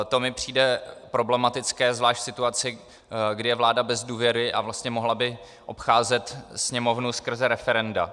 To mi přijde problematické zvlášť v situaci, kdy je vláda bez důvěry a vlastně by mohla obcházet Sněmovnu skrze referenda.